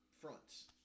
fronts